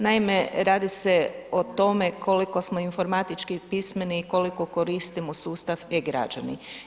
Naime, radi se o tome koliko smo informatički pismeni i koliko koristimo sustav e-građani.